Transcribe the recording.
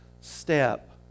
step